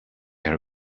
her